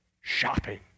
shopping